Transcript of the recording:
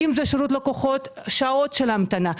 אם זה שירות לקוחות זה שעות של המתנה.